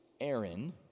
Aaron